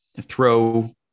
throw